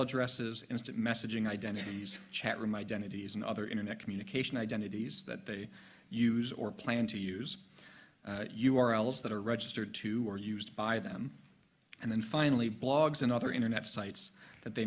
addresses instant messaging identities chat room identities and other internet communication identities that they use or plan to use u r l s that are registered to or used by them and then finally blogs and other internet sites that they